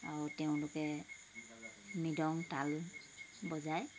আৰু তেওঁলোকে মৃদং তাল বজায়